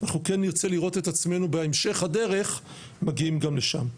אנחנו כן נרצה לראות את עצמינו בהמשך הדרך מגיעים גם לשם.